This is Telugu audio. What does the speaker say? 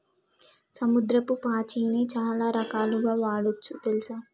సముద్రపు పాచిని చాలా రకాలుగ వాడొచ్చు తెల్సా